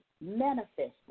manifested